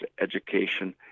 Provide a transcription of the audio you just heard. education